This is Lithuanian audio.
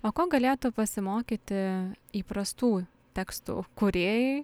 o ko galėtų pasimokyti įprastų tekstų kūrėjai